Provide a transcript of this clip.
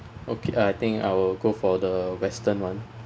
okay I think I will go for the western [one]